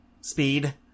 speed